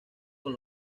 con